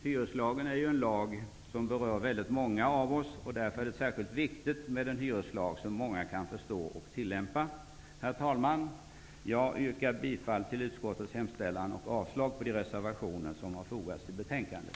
Hyreslagen är ju en lag som berör många av oss, och därför är det särskilt viktigt med en hyreslag som många kan förstå och tillämpa. Herr talman! Jag yrkar bifall till utskottets hemställan och avslag på de reservationer som har fogats till betänkandet.